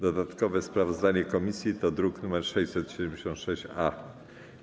Dodatkowe sprawozdanie komisji to druk nr 676-A.